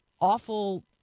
awful